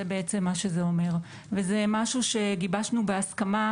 זה מה שזה אומר וזה משהו שגיבשנו בהסכמה